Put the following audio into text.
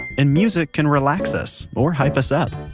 and music can relax us or hype us up.